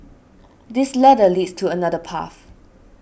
this ladder leads to another path